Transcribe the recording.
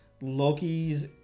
Loki's